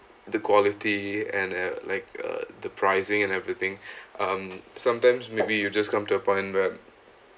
the quality and uh like uh the pricing and everything um sometimes maybe you just come to a point where